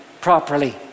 properly